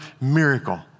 miracle